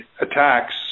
attacks